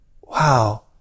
wow